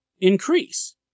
increase